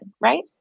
Right